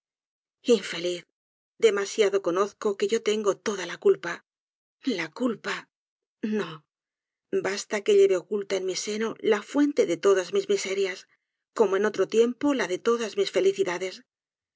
infeliz demasiado conozco que yo tengo toda la culpa la culpa no basta que lleve oculta en mi seno la fuente de todas mis miserias como en otro tiempo la de todas mis felicidades